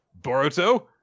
Boruto